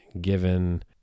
given